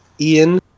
Ian